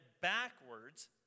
backwards